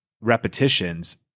repetitions